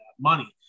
money